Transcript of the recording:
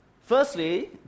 Firstly